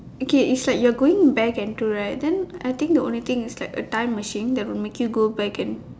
okay if like you are going back into right then I think the only thing is like a time machine that will make you go back and